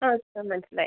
ആ സാർ മനസ്സിലായി